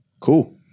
Cool